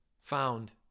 Found